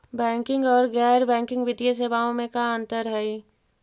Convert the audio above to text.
Banking और गैर banking वित्तीय सेवाओं में का अंतर हइ?